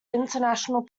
international